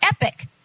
epic